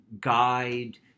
guide